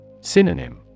Synonym